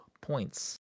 points